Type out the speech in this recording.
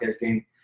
game